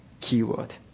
keyword